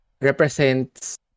represents